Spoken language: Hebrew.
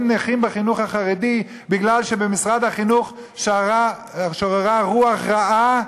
נכים בחינוך החרדי מפני שבמשרד החינוך שררה רוח רעה?